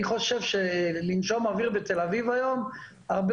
אני חושב שלנשום אוויר בתל אביב היום הרבה